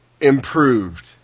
improved